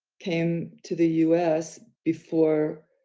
came to the us before